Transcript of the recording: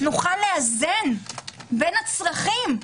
נוכל לאזן בין הצרכים.